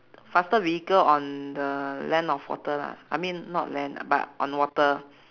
faster vehicle on the land of water lah I mean not land uh but on water